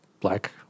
black